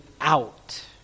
out